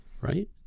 right